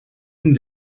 von